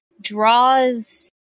draws